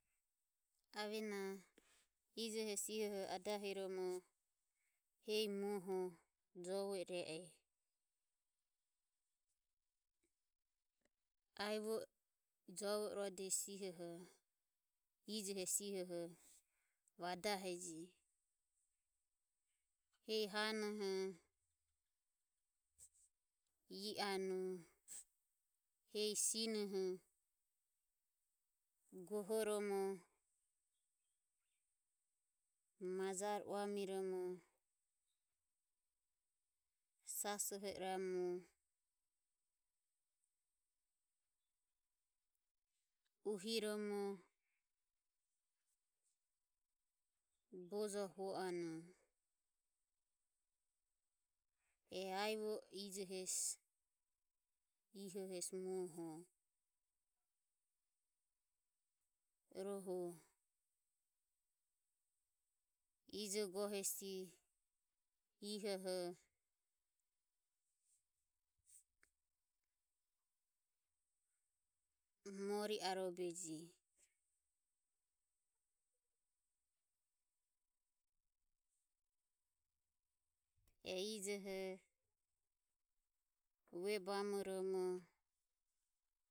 Ave na ijo hesi iho adahi romo eho na jovo ire e. aivo i jovo i rodo hesi ehoho ijo hesi ihoho Vadaheji. hehi hanoho e anue hehi sinoho goho romo majare uami romo sasoho iromu uhi romo bojoi huo anue, e ivoe ijo hesi muoho. Rohu ijo go hesi i hoho Moriarobeji, e ijoho ue bamoromo.